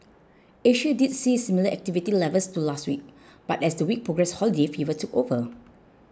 Asia did see similar activity levels to last week but as the week progressed holiday fever took over